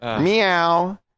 Meow